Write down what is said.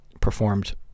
performed